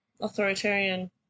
authoritarian